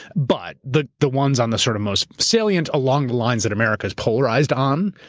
but the the ones on the sort of most salient along the lines that america polarized on,